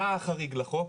מה החריג לחוק?